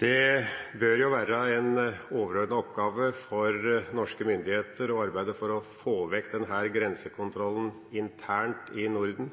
Det bør være en overordnet oppgave for norske myndigheter å arbeide for å få vekk denne grensekontrollen internt i Norden.